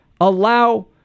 allow